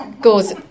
goes